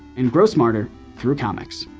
and grow smarter through comics.